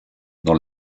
dans